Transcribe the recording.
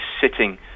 sitting